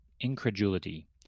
incredulity